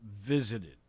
visited